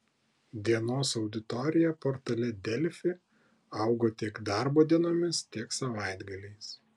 dienos auditorija portale delfi augo tiek darbo dienomis tiek savaitgaliais